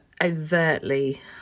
overtly